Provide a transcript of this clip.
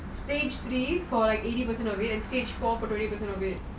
stage three for like eighty percent of it and stage four for thirty percent of it